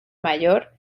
mayor